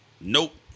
Nope